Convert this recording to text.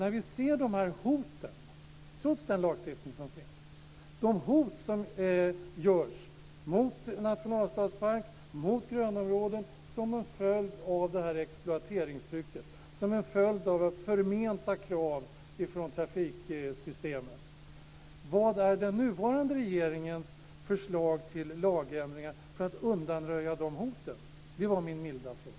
När vi ser de här hoten, trots den lagstiftning som finns, mot nationalstadspark och mot grönområden som en följd av exploateringstrycket och av förmenta krav från trafiksystemen, vad är då den nuvarande regeringens förslag till lagändringar för att undanröja hoten? Det var min milda fråga.